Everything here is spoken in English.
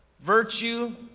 Virtue